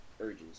urges